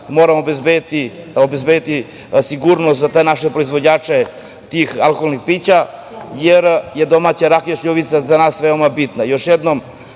moramo obezbediti sigurnost za te naše proizvođače tih alkoholnih pića, jer je domaća rakija šljivovica za nas veoma bitna. Još